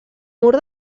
mur